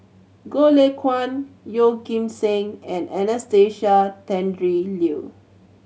Goh Lay Kuan Yeoh Ghim Seng and Anastasia Tjendri Liew